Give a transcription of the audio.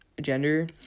gender